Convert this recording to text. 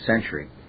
century